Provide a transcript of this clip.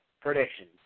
Predictions